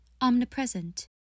omnipresent